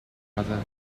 brother